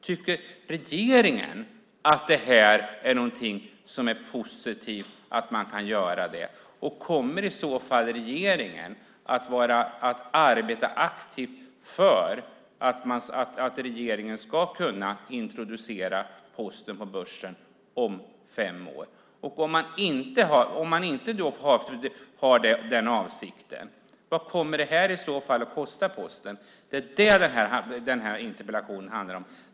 Tycker regeringen att möjligheten till börsintroduktion är någonting som är positivt? Kommer regeringen i så fall att arbeta aktivt för att introducera Posten på börsen om fem år? Om man inte har den avsikten, vad kommer det här i så fall att kosta Posten? Det är vad interpellationen handlar om.